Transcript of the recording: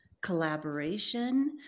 collaboration